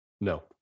No